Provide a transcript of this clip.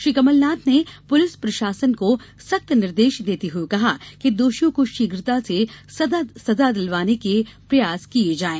श्री कमलनाथ ने पुलिस प्रशासन को सख्त निर्देश देते हुए कहा कि दोषियों को शीघ्रता से सजा दिलवाने के प्रयास किए जाएं